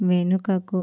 వెనుకకు